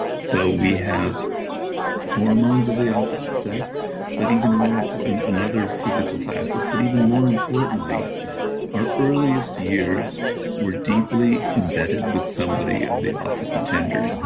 so we have hormones of the opposite sex but even more importantly another physical factor is, but even more importantly our earliest years were deeply embedded with somebody of the opposite gender.